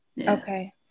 Okay